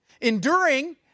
enduring